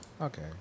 Okay